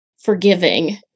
forgiving